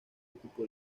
ocupó